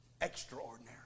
extraordinary